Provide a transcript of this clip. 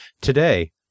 Today